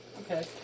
Okay